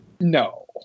No